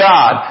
God